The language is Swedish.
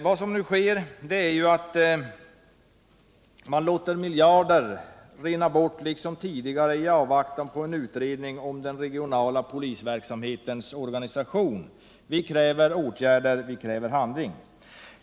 Vad som nu sker är att man låter miljarder rinna bort liksom tidigare, i avvaktan på en utredning om den regionala polisverksamhetens organisation. Vi kräver åtgärder och vi kräver handling.